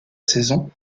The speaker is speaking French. saison